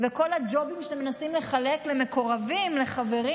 וכל הג'ובים שאתם מנסים לחלק למקורבים, לחברים.